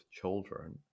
children